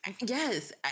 Yes